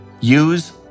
use